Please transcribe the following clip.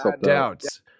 doubts